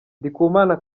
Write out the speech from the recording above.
ndikumana